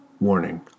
Warning